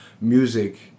music